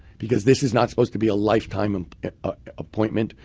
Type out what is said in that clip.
because this is not supposed to be a lifetime and appointment.